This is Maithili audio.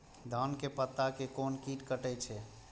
धान के पत्ता के कोन कीट कटे छे?